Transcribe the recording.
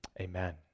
Amen